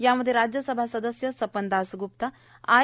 यामध्ये राज्यसभा सदस्य सपन दासग्प्ता आय